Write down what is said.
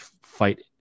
fight